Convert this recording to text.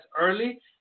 early